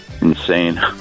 insane